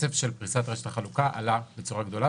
הקצב של פריסת רשת החלוקה עלה בצורה גדולה,